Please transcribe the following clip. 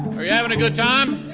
are you having a good time?